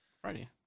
Friday